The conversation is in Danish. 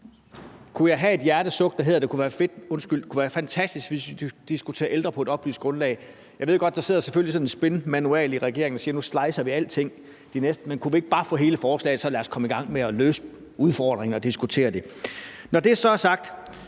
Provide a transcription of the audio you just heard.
Kunne jeg komme med et hjertesuk, ved at det kunne være fantastisk, hvis vi kunne diskutere ældre på et oplyst grundlag? Jeg ved godt, at der selvfølgelig ligger sådan en spinmanual hos regeringen, hvor man siger, at nu slicer vi alting. Men kunne vi ikke bare få hele forslaget, så vi kunne komme i gang med at løse udfordringerne og diskutere det? Når det så er sagt,